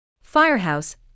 Firehouse